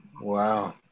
Wow